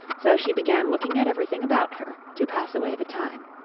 so she began looking at everything about her, to pass away the time.